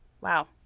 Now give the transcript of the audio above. wow